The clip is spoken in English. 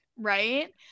Right